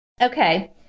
Okay